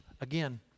again